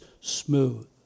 smooth